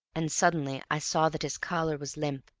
and suddenly i saw that his collar was limp,